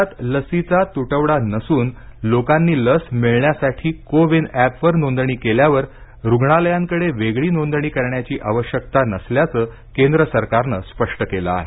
देशात लसीचा तुटवडा नसून लोकांनी लस मिळण्यासाठी को विन अँपवर नोंदणी केल्यावर रुग्णालयांकडे वेगळी नोंदणी करण्याची आवश्यकता नसल्याचं केंद्र सरकारनं स्पष्ट केलं आहे